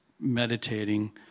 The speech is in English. meditating